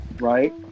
right